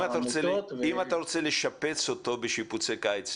אם אתה רוצה לשפץ אותו בשיפוצי קיץ,